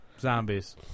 zombies